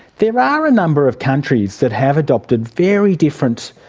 there are a number of countries that have adopted very different,